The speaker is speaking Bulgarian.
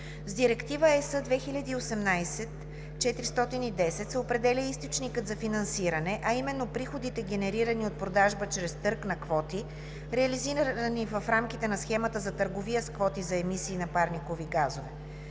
С Директива (ЕС) 2018/410 се определя и източникът за финансиране, а именно приходите, генерирани от продажба чрез търг на квоти, реализирани в рамките на Схемата за търговия с квоти за емисии на парникови газове.